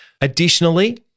Additionally